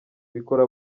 bikora